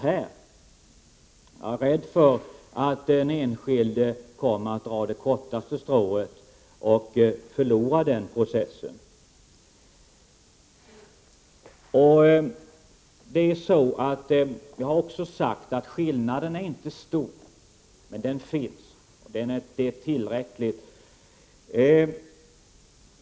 Jag är rädd för att den enskilde kommer att dra det kortaste strået och förlora den processen. Det har också sagts att skillnaden inte är stor men att den finns, vilket är tillräckligt.